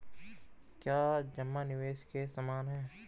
क्या जमा निवेश के समान है?